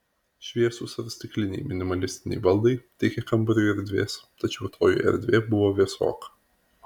šviesūs ar stikliniai minimalistiniai baldai teikė kambariui erdvės tačiau toji erdvė buvo vėsoka